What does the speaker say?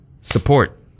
support